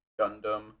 Gundam